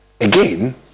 again